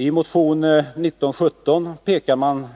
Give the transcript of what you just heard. I motion 1917 pekar man